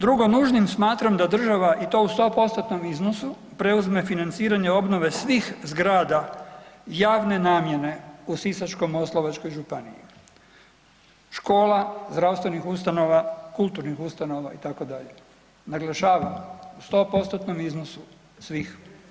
Drugo nužnim smatram da država i to u 100%-tnom iznosu preuzme financiranje obnove svih zgrada javne namjene u Sisačko-moslavačkoj županiji, škola, zdravstvenih ustanova, kulturnih ustanova itd., naglašavam 100%-tnom iznosu svih.